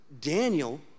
Daniel